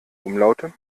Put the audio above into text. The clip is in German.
umlaute